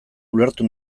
ulertu